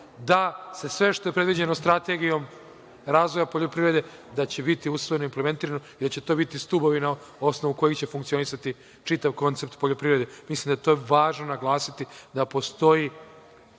da se sve što je predviđeno Strategijom razvoja poljoprivrede da će biti usvojeno, implementirano i da će to biti stubovi na osnovu kojih će funkcionisati čitav koncept poljoprivrede. Mislim da je to važno naglasiti da postoji